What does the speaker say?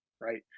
right